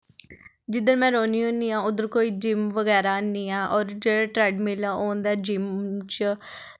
जिद्धर में रौह्न्नी होन्नी आं उद्धर कोई जिम्म बगैरा हैन्नी ऐ होर जेह्ड़ा ट्रेडमिल ऐ ओह् होंदा जिम्म च